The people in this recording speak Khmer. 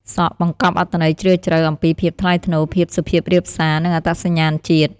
សក់បង្កប់អត្ថន័យជ្រាលជ្រៅអំពីភាពថ្លៃថ្នូរ ភាពសុភាពរាបសារ និងអត្តសញ្ញាណជាតិ។